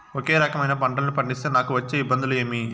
ఒకే రకమైన పంటలని పండిస్తే నాకు వచ్చే ఇబ్బందులు ఏమి?